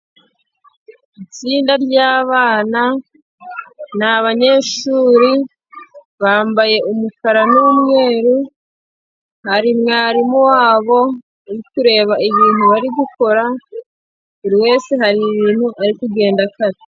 Itsinda ry'abana ni abanyeshuri bambaye umukara n'umweru, hari mwarimu wabo uri kureba ibintu bari gukora, buri wese hari ibintu ari kugenda akata.